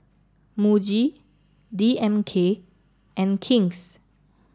Muji D M K and King's